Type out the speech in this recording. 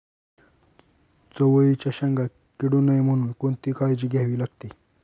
चवळीच्या शेंगा किडू नये म्हणून कोणती काळजी घ्यावी लागते?